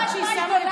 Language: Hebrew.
לא.